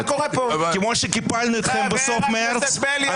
כמו שקיפלנו אתכם בסוף מרס,